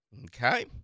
Okay